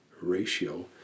ratio